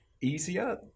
Easier